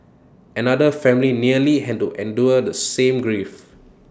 another family nearly had to endure the same grief